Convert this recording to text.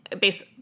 based